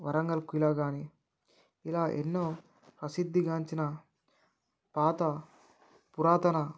వరంగల్ ఖీలా కానీ ఇలా ఎన్నో ప్రసిద్ధిగాంచిన పాత పురాతన